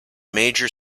major